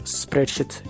spreadsheet